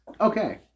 Okay